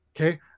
Okay